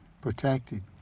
protected